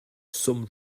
some